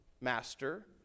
master